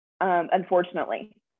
unfortunately